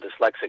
dyslexic